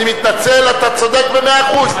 אני מתנצל, אתה צודק במאה אחוז.